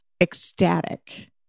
ecstatic